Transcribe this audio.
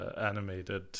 animated